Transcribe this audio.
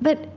but